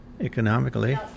economically